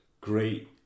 great